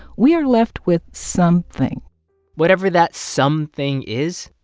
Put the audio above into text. we are left with something whatever that something is,